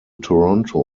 toronto